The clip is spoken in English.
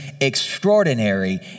extraordinary